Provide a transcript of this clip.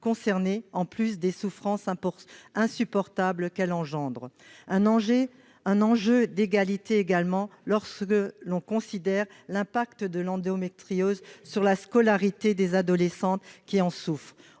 concernées, en plus des souffrances insupportables qu'elle engendre. C'est un enjeu d'égalité, ensuite, lorsque l'on considère l'impact de l'endométriose sur la scolarité des adolescentes qui en souffrent.